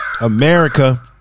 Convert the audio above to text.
America